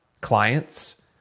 clients